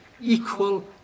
equal